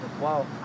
Wow